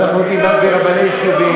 ואנחנו יודעים מה זה רבני יישובים,